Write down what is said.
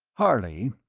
harley,